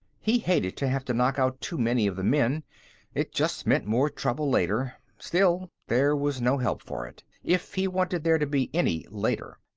he hated to have to knock out too many of the men it just meant more trouble later. still, there was no help for it, if he wanted there to be any later.